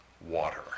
water